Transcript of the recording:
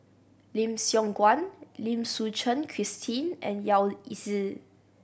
Lim Siong Guan Lim Suchen Christine and Yao Zi